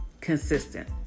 consistent